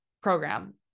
program